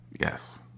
Yes